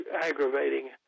aggravating